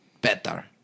better